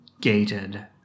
gated